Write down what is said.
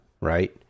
right